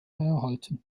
erhalten